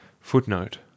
Footnote